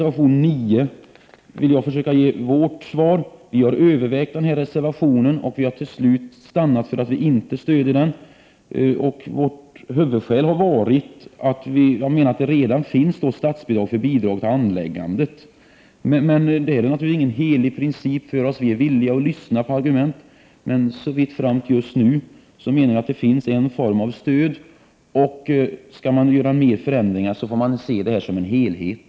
Vi har också övervägt reservationen 9 och till slut stannat för att inte stödja den. Vår motivering är att det redan finns ett bidrag för anläggandet av skogsbilvägar. Det är naturligtvis ingen helig princip för oss. Vi är villiga att lyssna på argument. Men just nu finns det en form av stöd, och även om man vill göra förändringar bör man behålla helheten.